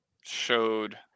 showed